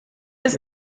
ist